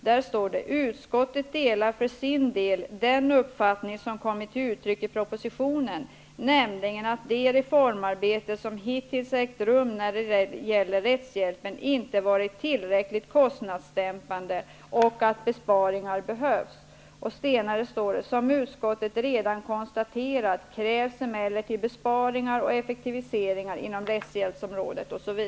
Där står det: ''Utskottet delar för sin del den uppfattning som kommit till uttryck i propositionen, nämligen att det reformarbete som hittills ägt rum när det gäller rättshjälpen inte varit tillräckligt kostnadsdämpande och att besparingar behövs.- - Som utskottet redan konstaterat krävs emellertid besparingar och effektiviseringar inom rättshjälpsområdet --.''